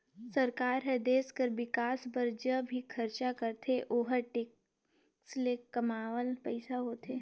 सरकार हर देस कर बिकास बर ज भी खरचा करथे ओहर टेक्स ले कमावल पइसा होथे